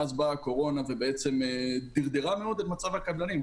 ואז באה הקורונה ובעצם דרדרה מאוד את מצב הקבלנים.